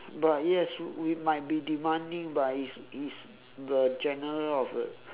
but yes we might be demanding but is is the general of the